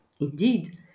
Indeed